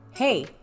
Hey